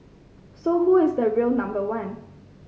so who is the real number one